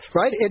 right